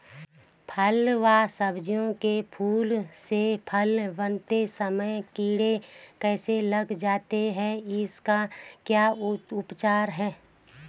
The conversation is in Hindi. फ़ल व सब्जियों के फूल से फल बनते समय कीड़े कैसे लग जाते हैं इसका क्या उपचार है?